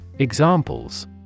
Examples